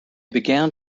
began